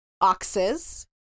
Oxes